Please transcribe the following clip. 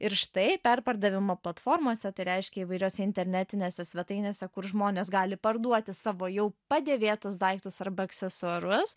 ir štai perpardavimo platformose tai reiškia įvairiose internetinėse svetainėse kur žmonės gali parduoti savo jau padėvėtus daiktus arba aksesuarus